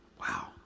Wow